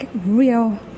real